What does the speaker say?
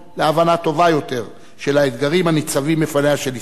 טובה יותר של האתגרים הניצבים בפני ישראל,